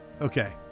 Okay